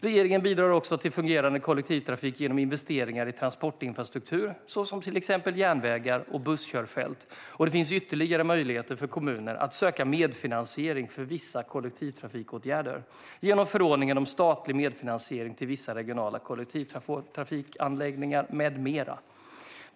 Regeringen bidrar också till fungerande kollektivtrafik genom investeringar i transportinfrastruktur, såsom järnvägar och busskörfält, och det finns ytterligare möjligheter för kommuner att söka medfinansiering för vissa kollektivtrafikåtgärder genom förordningen om statlig medfinansiering till vissa regionala kollektivtrafikanläggningar med mera.